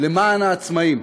למען העצמאים.